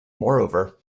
moreover